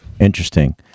Interesting